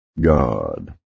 God